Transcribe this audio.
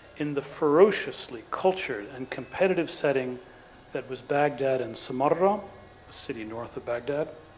in the ferociously cultured and competitive setting that was baghdad and som-mor-a, a city north of baghdad.